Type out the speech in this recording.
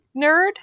nerd